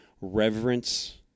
reverence